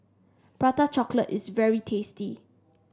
Prata Chocolate is very tasty